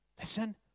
Listen